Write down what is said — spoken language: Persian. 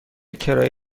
کرایه